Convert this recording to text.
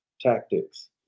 tactics